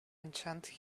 enchanted